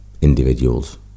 individuals